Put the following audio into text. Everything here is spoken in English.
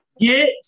Get